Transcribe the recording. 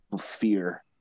fear